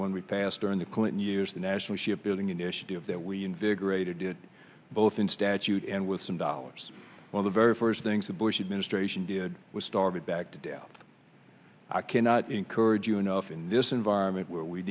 when we passed during the clinton years the national shipbuilding initiative that we invigorated it both in statute and with some dollars when the very first things the bush administration did we started back to death i cannot encourage you enough in this environment where we